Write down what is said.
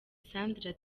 sandra